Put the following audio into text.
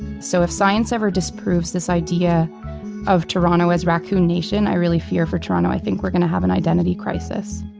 so if science ever disproves this idea of toronto as raccoon nation i really fear for toronto. i think we're going to have an identity crisis.